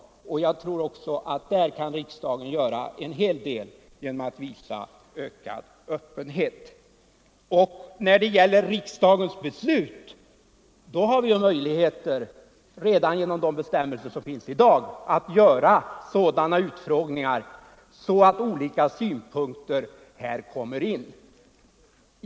Jag tror också att riksdagen här kan göra en hel del genom att visa ökad öppenhet. När det gäller riksdagens beslut har vi redan genom de bestämmelser som finns i dag möjligheter att göra utfrågningar, så att olika synpunkter kommer fram.